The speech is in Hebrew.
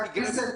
חבר הכנסת,